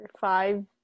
five